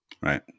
right